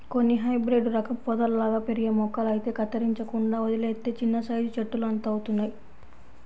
కొన్ని హైబ్రేడు రకం పొదల్లాగా పెరిగే మొక్కలైతే కత్తిరించకుండా వదిలేత్తే చిన్నసైజు చెట్టులంతవుతయ్